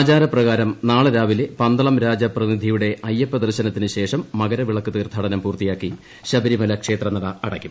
ആചാരപ്രകാരം നാളെ രാവിലെ പന്തളം രാജ പ്രതിനിധിയുടെ അയ്യപ്പ ദർശനത്തിനു ശേഷം മകരവിളക്ക് തീർഥാടനം പൂർത്തിയാക്കി ശബരിമല ക്ഷേത്രനട അടക്കും